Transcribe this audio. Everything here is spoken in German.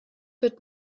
wird